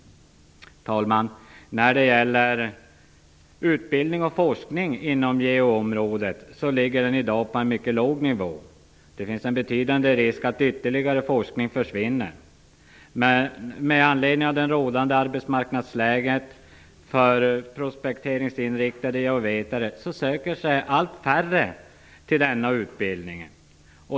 Herr talman! Utbildning och forskning inom geoområdet ligger i dag på en mycket låg nivå. Det finns en betydande risk att ytterligare forskning försvinner. Med anledning av det rådande arbetsmarknadsläget för prospekteringsinriktade geovetare söker sig allt färre till denna utbildning.